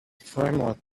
framework